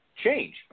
Change